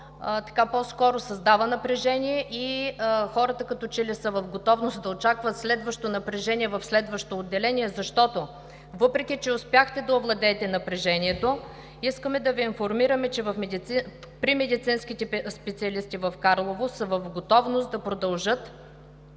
който по-скоро създава напрежение, и хората като че ли са в готовност да очакват следващо напрежение в следващо отделение. Защото, въпреки че успяхте да овладеете напрежението, искаме да Ви информираме, че медицинските специалисти в Карлово са в готовност да продължат,